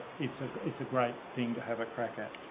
it's a, it's a great thing to have a crack at.